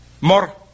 more